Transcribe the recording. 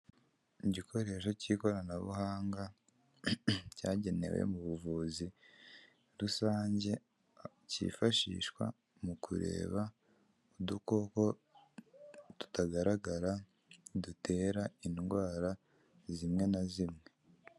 Igikoresho cy'ikoranabuhanga cyagenewe mu buvuzi rusange, cyifashishwa mu kureba udukoko tutagaragara dutera indwara zimwe na zimwe.